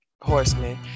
horseman